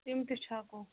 تِم تہِ چھَکو